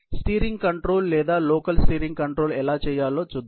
steering control లేదా local steering control ఎలా చేయాలో చూద్దాం